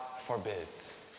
forbids